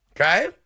Okay